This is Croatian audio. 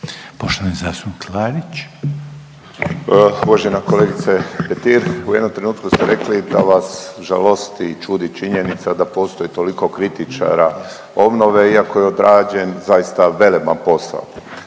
Tomislav (HDZ)** Uvažena kolegice Petir, u jednom trenutku ste rekli da vas žalosti i čudi činjenica da postoji toliko kritičara obnove iako je odrađen zaista veleban posao.